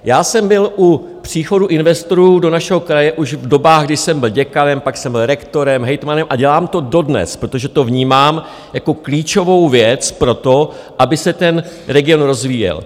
Já jsem byl u příchodu investorů do našeho kraje už v dobách, kdy jsem byl děkanem, pak jsem byl rektorem, hejtmanem a dělám to dodnes, protože to vnímám jako klíčovou věc pro to, aby se ten region rozvíjel.